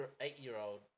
eight-year-old